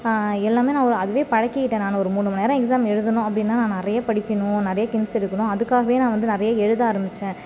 எல்லாமே நான் ஒரு அதுவே பழகிக்கிட்டேன் நான் ஒரு மூணு மணிநேரம் எக்ஸாம் எழுதணும் அப்படின்னா நான் நிறைய படிக்கணும் நிறைய ஹிண்ட்ஸ் எடுக்கணும் அதுக்காகவே நான் வந்து நிறைய எழுத ஆரம்பித்தேன்